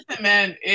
man